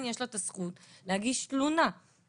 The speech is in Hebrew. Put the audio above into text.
עדיין צריך תוך פרק זמן מסוים לקבל החלטה